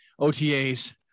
OTAs